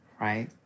right